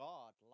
God